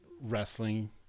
wrestling